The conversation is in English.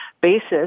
basis